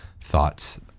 thoughts